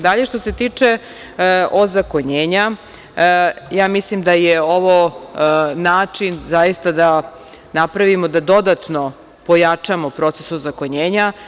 Dalje, što se tiče ozakonjenja, mislim da je ovo način da napravimo, da dodatno pojačamo proces ozakonjenja.